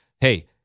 hey